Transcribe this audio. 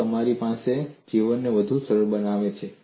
તે તમારા જીવનને વધુ સરળ બનાવે છે